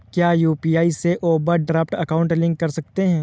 क्या यू.पी.आई से overdraft account link कर सकते हैं?